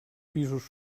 pisos